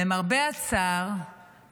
למרבה הצער,